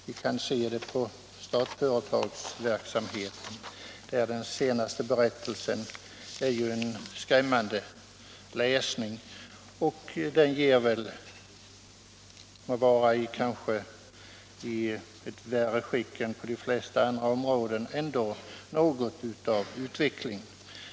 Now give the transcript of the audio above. Vi kan se det på Statsföretag, vars senaste verksamhetsberättelse är en skrämmande läsning. Den ger — må vara att den kanske visar en sämre bild än på de flesta områden — något av utvecklingen.